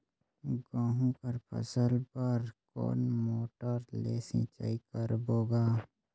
गहूं कर फसल बर कोन मोटर ले सिंचाई करबो गा?